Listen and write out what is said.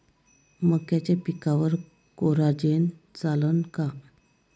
मक्याच्या पिकावर कोराजेन चालन का?